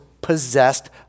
possessed